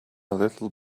little